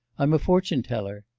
i'm a fortune-teller.